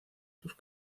sus